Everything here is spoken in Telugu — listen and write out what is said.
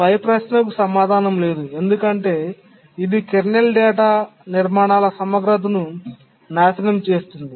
పై ప్రశ్నకు సమాధానం లేదు ఎందుకంటే ఇది కెర్నల్ డేటా నిర్మాణాల సమగ్రతను నాశనం చేస్తుంది